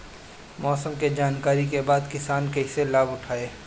मौसम के जानकरी के बाद किसान कैसे लाभ उठाएं?